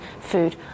food